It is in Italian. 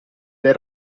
del